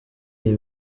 iyi